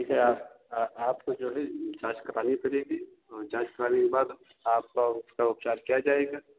आपको जो है छाछ का पानी पीले दी जाँच कराने के बाद आपका उप उपचार किया जाएगा